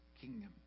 kingdom